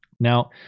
Now